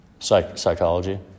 psychology